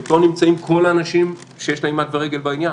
איתו נמצאים כל האנשים שיש להם יד ורגל בעניין,